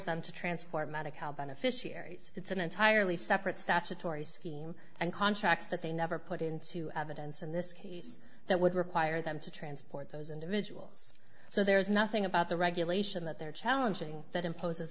them to transport medicare beneficiaries it's an entirely separate statutory scheme and contracts that they never put into evidence in this that would require them to transport those individuals so there's nothing about the regulation that they're challenging that i